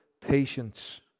patience